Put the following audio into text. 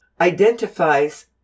identifies